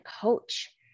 coach